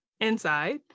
inside